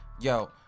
Yo